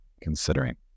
considering